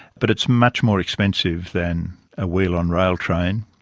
but it's much more expensive than a wheel-on-rail train,